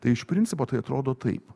tai iš principo tai atrodo taip